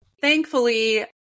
thankfully